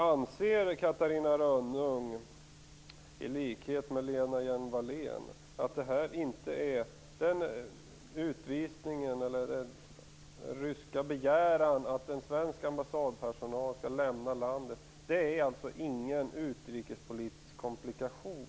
Anser Catarina Rönnung, i likhet med Lena Hjelm-Wallén, att utvisningen eller den ryska begäran att en svensk ambassadtjänsteman skall lämna landet inte är någon utrikespolitisk komplikation?